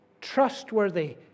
trustworthy